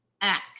Act